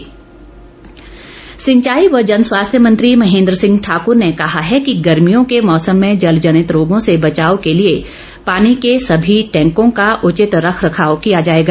महेन्द्र सिंह सिंचाई व जनस्वास्थ्य मंत्री महेन्द्र सिंह ठाकर ने कहा है कि गर्मियों के मौसम में जल जनित रोगों से बचाव के लिए पानी के सभी टैंकों का उचित रख रखाव किया जाएगा